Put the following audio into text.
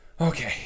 Okay